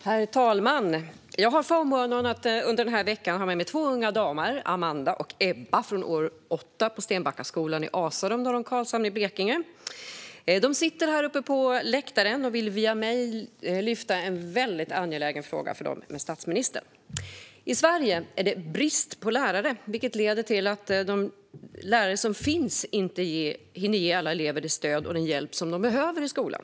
Herr talman! Jag har förmånen att under denna vecka ha med mig två unga damer, Amanda och Ebba, från årskurs 8 i Stenbackaskolan i Asarum, norr om Karlshamn, i Blekinge. De sitter uppe på läktaren och vill via mig ta upp en för dem väldigt angelägen fråga med statsministern. I Sverige är det brist på lärare, vilket leder till att de lärare som finns inte hinner ge alla elever det stöd och den hjälp som de behöver i skolan.